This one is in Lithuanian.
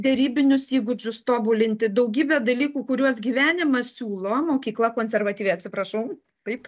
derybinius įgūdžius tobulinti daugybę dalykų kuriuos gyvenimas siūlo mokykla konservatyvi atsiprašau taip